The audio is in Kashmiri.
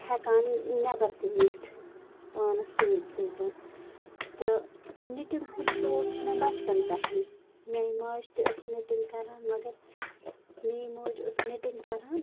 ہیٚکان نیٚبَر تہِ نِتھ پانَس سۭتۍ سۭتۍ تہٕ یہِ نِٹِنٛگ ہُنٛد شوق چھُ مےٚ بَچپَن پٮ۪ٹھے میانہِ ماجہِ تہِ ٲس نِٹِنٛگ کَران مگر میٲنۍ موج ٲس نِٹِنٛگ کَران